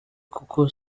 kuko